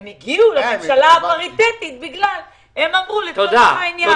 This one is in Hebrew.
הם הגיעו לממשלה הפריטטית כדי לפתור את העניין.